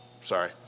Sorry